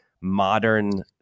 modern